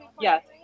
Yes